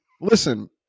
Listen